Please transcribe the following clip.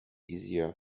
easier